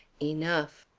enough.